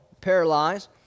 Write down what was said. paralyzed